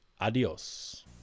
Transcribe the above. adios